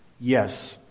Yes